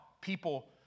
people